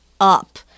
up